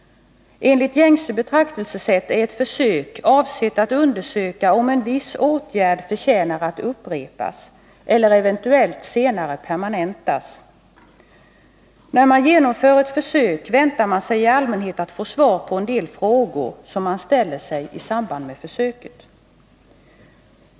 Enligt gängse betraktelsesätt är ett försök avsett att undersöka om en viss åtgärd förtjänar att upprepas eller eventuellt senare permanentas. När man genomför ett försök väntar man sig i allmänhet att få svar på en del frågor som man ställt sig i samband med försöket.